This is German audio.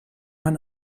man